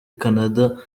canada